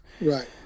Right